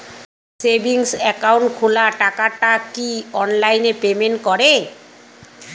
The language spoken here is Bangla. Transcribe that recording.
সেভিংস একাউন্ট খোলা টাকাটা কি অনলাইনে পেমেন্ট করে?